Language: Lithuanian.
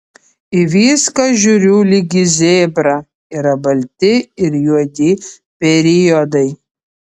į viską žiūriu lyg į zebrą yra balti ir juodi periodai